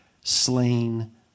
slain